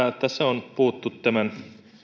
tässä on puhuttu tämän